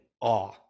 awe